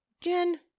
Jen